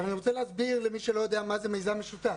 אני רוצה להסביר למי שלא יודע מה זה מיזם משותף